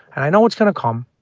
and i know it's going to come,